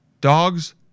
Dogs